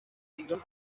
ایران